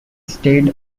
stayed